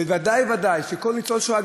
בוודאי ובוודאי שכל ניצול שואה,